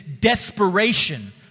desperation